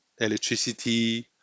electricity